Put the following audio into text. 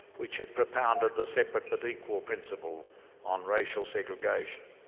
which had propounded the separate but equal principle on racial segregation,